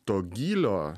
to gylio